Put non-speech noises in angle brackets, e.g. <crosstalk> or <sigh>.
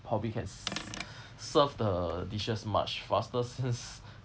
probably can s~ <breath> serve the dishes much faster since